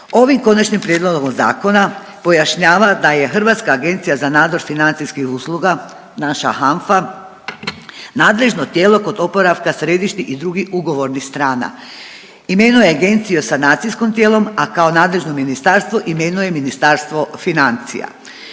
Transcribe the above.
Ovim Konačnim prijedlogom zakona pojašnjava da je Hrvatska agencija za nadzor financijskih usluga, naša HANFA nadležno tijelo kod oporavka središnjih i drugih ugovornih strana. Imenuje agenciju sanacijskom tijelo, a kao nadležno ministarstvo, imenuje Ministarstvo financija.